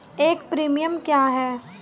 एक प्रीमियम क्या है?